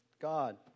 God